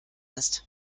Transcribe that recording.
ist